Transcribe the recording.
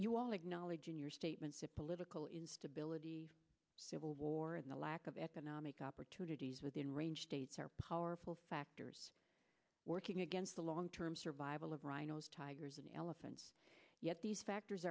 you all acknowledge in your statement to political instability civil war and the lack of economic opportunities within range states are powerful factors working against the long term survival of rhinos tigers and elephants yet these factors